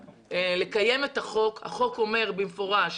לקיים את החוק כשהחוק אומר במפורש